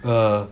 uh